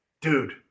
Dude